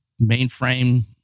mainframe